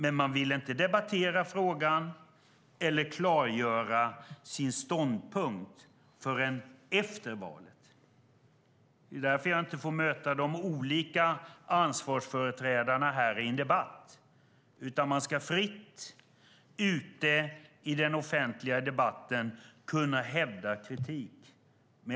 Men man vill inte debattera frågan eller klargöra sin ståndpunkt förrän efter valet. Det är därför jag inte får möta de olika ansvarsföreträdarna här i en debatt. Däremot ska man ute i den offentliga debatten fritt kunna framföra kritik.